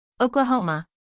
Oklahoma